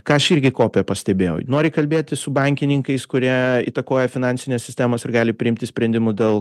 ką aš irgi kope pastebėjau nori kalbėti su bankininkais kurie įtakoja finansines sistemas ir gali priimti sprendimų dėl